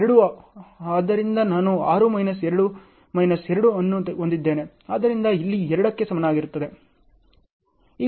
ಆದ್ದರಿಂದ ನಾನು 6 minus 2 minus 2 ಅನ್ನು ಹೊಂದಿದ್ದೇನೆ ಆದ್ದರಿಂದ ಇಲ್ಲಿ 2 ಕ್ಕೆ ಸಮನಾಗಿರುತ್ತದೆ